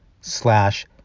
slash